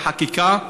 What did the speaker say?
בחקיקה,